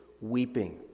weeping